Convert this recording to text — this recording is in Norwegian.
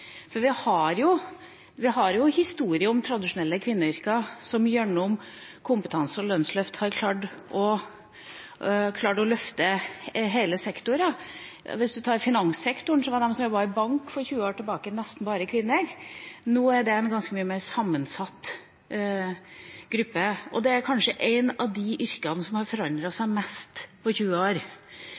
Vi har jo en historie om tradisjonelle kvinneyrker som gjennom kompetanse- og lønnsløft har klart å løfte hele sektorer. Hvis man tar finanssektoren, var de som jobbet i bank for 20 år siden, nesten bare kvinner. Nå er det en ganske mye mer sammensatt gruppe. Det er kanskje et av de yrkene som har forandret seg mest på 20 år.